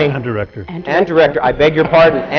and director. and and director! i beg your pardon,